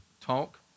talk